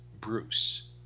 bruce